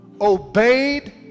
obeyed